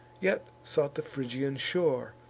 yet sought the phrygian shore,